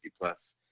plus